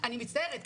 אני מצטערת,